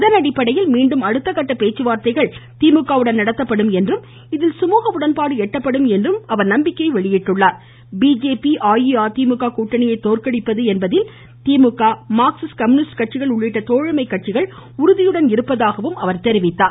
அதன் அடிப்படையில் மீண்டும் அடுத்தகட்ட பேச்சுவார்த்தைகள் திமுக வுடன் நடத்தப்படும் என்றும் இதில் சுமுக உடன்பாடு எட்டப்படும் என்றும் அவர் நம்பிக்கை தெரிவித்தார் பிஜேபி அஇஅதிமுக கூட்டணியை தோற்கடிப்பது என்பதில் திமுக மார்க்ஸிஸ்ட் கம்யூனிஸ்ட் கட்சிகள் உட்ள்ளிட்ட தோழமை கட்சிகள் உறுதியுடன் இருப்பதாக அவர் மேலும் கூறினார்